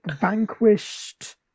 vanquished